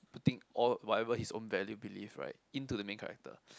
putting all whatever his own value believe right into the main character